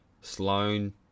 Sloan